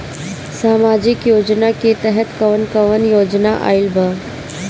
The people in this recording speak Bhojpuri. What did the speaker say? सामाजिक योजना के तहत कवन कवन योजना आइल बा?